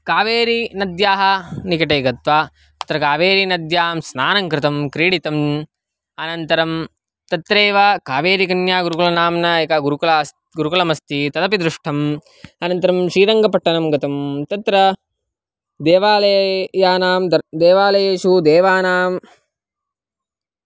कावेरीनद्याः निकटे गत्वा तत्र कावेरीनद्यां स्नानं कृतं क्रीडितम् अनन्तरं तत्रैव कावेरीकन्यागुरुकुलनाम्ना एकं गुरुकलम् अस् गुरुकलमस्ति तदपि दृष्टम् अनन्तरं श्रीरङ्गपट्टनं गतं तत्र देवालये यानां दर् देवालयेषु देवानां